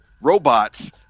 robots